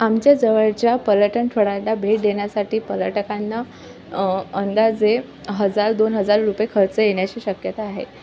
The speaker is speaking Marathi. आमच्या जवळच्या पर्यटन ठोळांला भेट देण्यासाठी पर्यटकांना अंदाजे हजार दोन हजार रुपये खर्च येण्याची शक्यता आहे